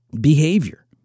behavior